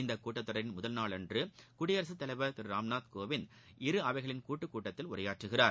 இந்த கூட்டத்தொடரின் முதல் நாளன்று குடியரசுத் தலைவர் திரு ராம்நாத் கோவிந்த் இரு அவைகளின் கூட்டுக் கூட்டத்தில் உரையாற்றுகிறார்